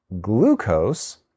glucose